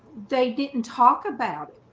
they didn't talk about it.